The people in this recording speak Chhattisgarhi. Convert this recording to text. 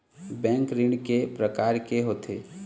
बैंक ऋण के प्रकार के होथे?